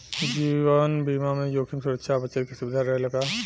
जीवन बीमा में जोखिम सुरक्षा आ बचत के सुविधा रहेला का?